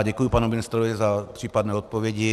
Děkuji panu ministrovi za případné odpovědi.